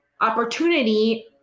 opportunity